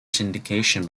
syndication